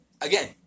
Again